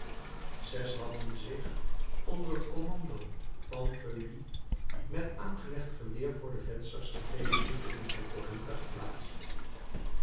zes hadden zich onder het commando van feuilly met aangelegd geweer voor de vensters der twee verdiepingen van corinthe geplaatst